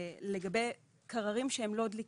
לגבי קררים שהם לא דליקים,